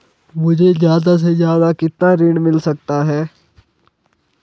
मुझे ज्यादा से ज्यादा कितना ऋण मिल सकता है?